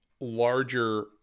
larger